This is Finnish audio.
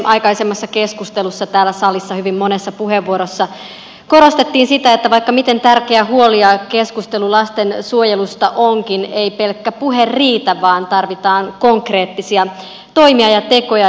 aikaisemmassa keskustelussa täällä salissa hyvin monessa puheenvuorossa korostettiin sitä että vaikka miten tärkeä huoli ja keskustelu lastensuojelusta onkin ei pelkkä puhe riitä vaan tarvitaan konkreettisia toimia ja tekoja